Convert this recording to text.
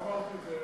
לא אמרתי את זה.